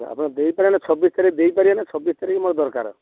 ହଁ ଆପଣ ଦେଇପାରିବେ ନା ଛବିଶ ତାରିଖ ଦେଇପାରିବେ ନା ଛବିଶ ତାରିଖ ମୋର ଦରକାର